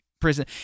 prison